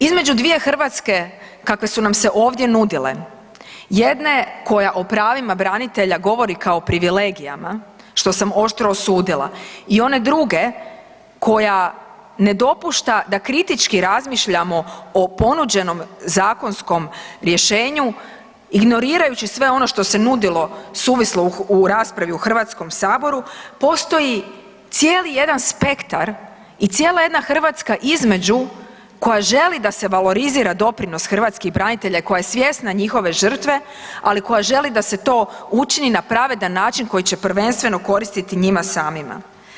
Između dvije Hrvatske kakve su nam se ovdje nudile jedna je koja o pravima branitelja govori kao privilegijama što sam oštro osudila i one druge koja ne dopušta da kritički razmišljamo o ponuđenom zakonskom rješenju ignorirajući sve ono što se nudilo suvislo u raspravi u Hrvatskom saboru postoji cijeli jedan spektar i cijela jedna Hrvatska između koja želi da se valorizira doprinos hrvatskih branitelja i koja je svjesna njihove žrtve, ali koja želi da se to učini na pravedan način koji će prvenstveno koristiti njima samima.